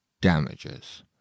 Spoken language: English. damages